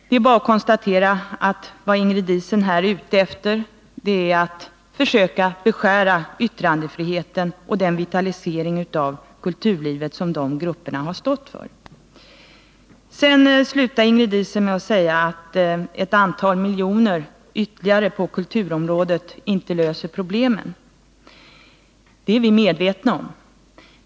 Det är bara att konstatera att Ingrid Diesen är ute efter att försöka beskära yttrandefriheten och den vitalisering av kulturlivet som dessa grupper har stått för. Ingrid Diesen slutade sitt inlägg med att säga att ett antal miljoner ytterligare på kulturområdet inte löser problemen. Det är vi medvetna om.